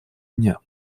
дня